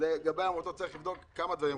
כמה דברים.